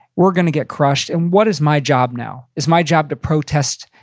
we're gonna get crushed, and what is my job now? is my job to protest?